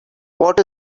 what